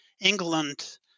England